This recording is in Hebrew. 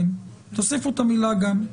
אז תוסיף את המילה "גם":